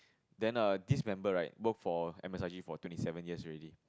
then err this member right worked for M_S_I_G for twenty seven years already